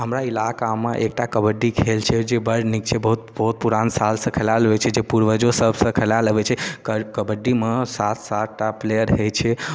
हमरा इलाकामे एकटा कबड्डी खेल छै जे बड़ नीक छै जे बहुत बहुत पुरान साल सँ खेलायल होइ छै जे पूर्वजो सभसँ खेलायल अबै छै कर कबड्डी मऽ सात सातटा पल्येर होइ छै